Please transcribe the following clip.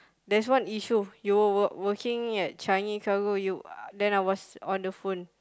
there's one issue you were working at Changi cargo you uh then I was on the phone